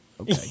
Okay